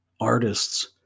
artists